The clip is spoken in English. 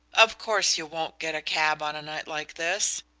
of course you won't get a cab on a night like this.